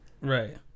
Right